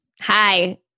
Hi